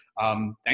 Thank